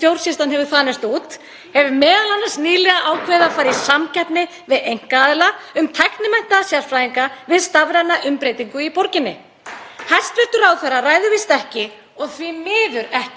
Hæstv. ráðherra ræður víst ekki, og því miður ekki, ríkjum í Ráðhúsinu en ég myndi vilja vita hvort hann muni beita sér fyrir aukinni úthýsingu verkefna og aðkeyptri þjónustu ríkisins í stað mannaráðninga.